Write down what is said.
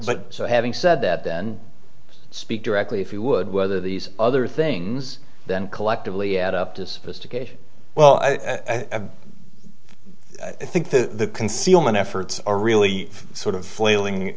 but having said that then speak directly if you would whether these other things then collectively add up to sophistication well i think the concealment efforts are really sort of flailing